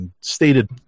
stated